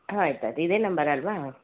ಹಾಂ ಆಯ್ತು ಆಯ್ತು ಇದೆ ನಂಬರಲ್ವ